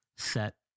set